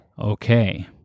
Okay